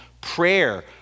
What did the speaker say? Prayer